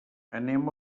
anem